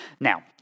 Now